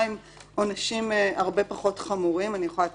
יכול להיות שהם אומרים: למה לנו